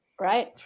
right